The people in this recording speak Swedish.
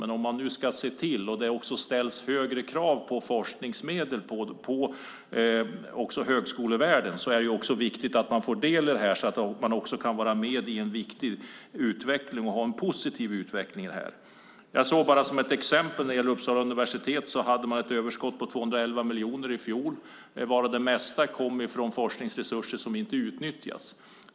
Men om det ställs högre krav när det gäller forskningsmedel på högskolevärlden är det viktigt att man får del av det så man kan vara med i en viktig utveckling och ha en positiv utveckling. På Uppsala universitet hade man ett överskott på 211 miljoner i fjol, varav det mesta kom från forskningsresurser som inte utnyttjats.